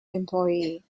employee